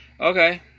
Okay